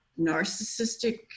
narcissistic